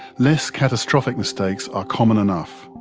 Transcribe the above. less catastrophic mistakes are common enough.